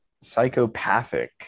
psychopathic